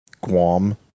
Guam